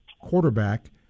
quarterback